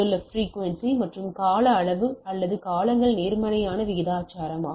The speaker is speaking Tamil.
பிரிக்குவென்சி மற்றும் கால அளவு அல்லது காலங்கள் நேர்மாறான விகிதாசாரமாகும்